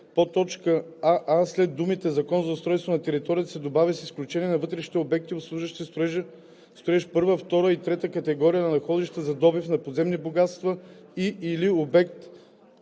подточка „аа“ след думите „Закона за устройство на територията“ се добавя „с изключение на вътрешните обекти, обслужващи строеж първа, втора и трета категория или находище за добив на подземни богатства, и/или обект